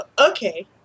okay